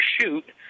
shoot